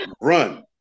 run